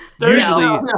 Usually